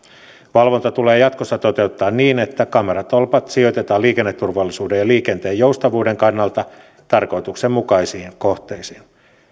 valvonta tulee jatkossa toteuttaa niin että kameratolpat sijoitetaan liikenneturvallisuuden ja liikenteen joustavuuden kannalta tarkoituksenmukaisiin kohteisiin